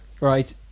Right